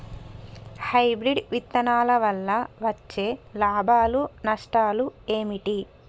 Hybrid విత్తనాల వల్ల వచ్చే లాభాలు నష్టాలు ఏమిటి?